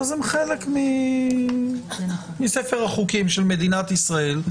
אז הן חלק מספר החוקים של מדינת ישראל.